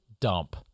dump